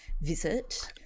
visit